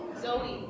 Zoe